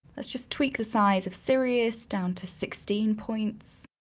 let's just tweak the size of sirius down to sixteen points.